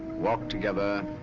walk together